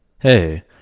Hey